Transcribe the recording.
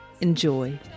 Enjoy